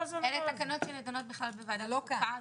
אלה תקנות שנידונות בכלל בוועדת חוקה.